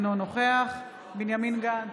אינו נוכח בנימין גנץ,